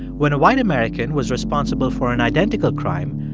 when a white american was responsible for an identical crime,